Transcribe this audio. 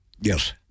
Yes